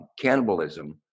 cannibalism